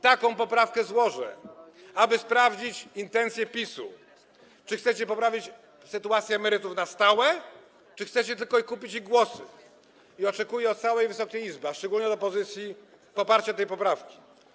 Taką poprawkę złożę, aby sprawdzić intencje PiS-u, czy chcecie poprawić sytuację emerytów na stałe, czy chcecie tylko kupić ich głosy, i oczekuję od całej Wysokiej Izby, a szczególnie od opozycji, poparcia tej poprawki.